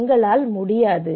எங்களால் முடியாது